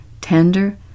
tender